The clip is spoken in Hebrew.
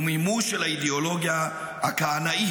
הוא מימוש של האידיאולוגיה הכהנאית,